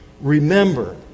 remember